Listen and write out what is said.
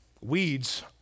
Weeds